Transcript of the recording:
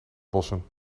bossen